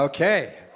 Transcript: Okay